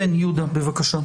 יהודה, בבקשה.